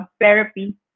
therapy